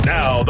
Now